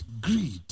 Greed